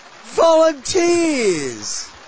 Volunteers